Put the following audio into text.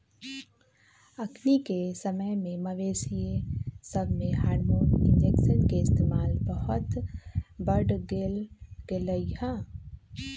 अखनिके समय में मवेशिय सभमें हार्मोन इंजेक्शन के इस्तेमाल बहुते बढ़ गेलइ ह